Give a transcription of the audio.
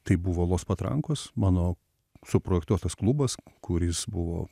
tai buvo los patrankos mano suprojektuotas klubas kuris buvo